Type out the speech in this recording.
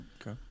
Okay